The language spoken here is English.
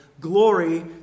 Glory